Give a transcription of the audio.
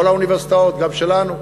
כל האוניברסיטאות, גם שלנו.